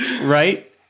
right